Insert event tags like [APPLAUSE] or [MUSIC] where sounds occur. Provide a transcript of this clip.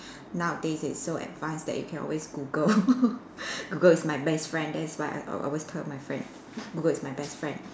[BREATH] nowadays it's so advanced that you can always Google [LAUGHS] [BREATH] Google is my best friend that's why I al~ always tell my friend Google is my best friend